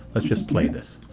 let's just play this.